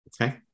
Okay